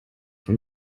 von